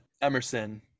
Emerson